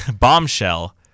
Bombshell